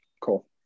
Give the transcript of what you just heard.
cool